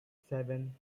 seven